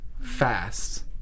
fast